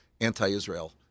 anti-Israel